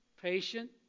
patient